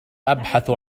أبحث